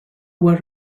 where